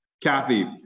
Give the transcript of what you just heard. Kathy